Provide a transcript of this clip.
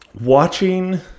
watching